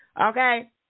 Okay